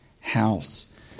house